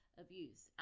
abuse